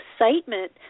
excitement